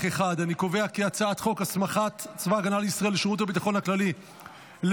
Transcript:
את הצעת חוק הסמכת צבא הגנה לישראל ושירות הביטחון הכללי לביצוע